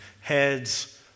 heads